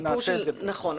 נכון.